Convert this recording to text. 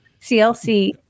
CLC